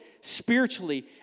spiritually